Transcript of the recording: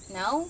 no